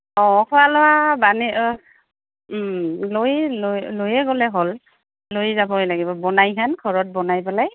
অঁ খোৱা লোৱা বানে লৈ লৈ লৈয়ে গ'লে হ'ল লৈ যাবই লাগিব বনাই খান ঘৰত বনাই পেলাই